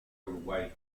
uruguay